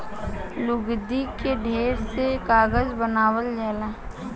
लुगदी के ढेर से कागज बनावल जाला